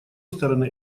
стороны